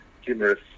humorous